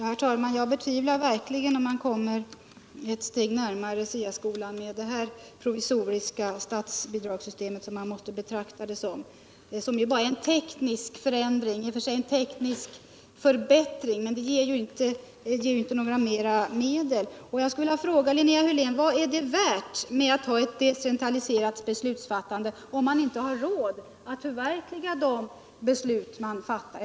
Herr talman! Jag betvivlar verkligen att man kommer et steg närmare SIA - skolan med detta provisoriska statsbidrag - man måste betrakta det som ett sådant. Det är bara en ieknisk förändring, i och för sig en förbättring, men det ger ju inte några ytterligare medel. Jag skulle vilja fråga Linnea Hörlén: Vad är det värt att ha ett decentraliserat beslutsfattande. om man inte har råd att förverkliga de bestut som mun fattar?